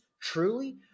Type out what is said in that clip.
Truly